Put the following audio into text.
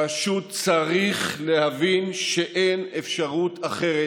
פשוט צריך להבין שאין אפשרות אחרת,